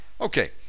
Okay